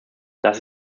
das